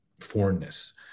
foreignness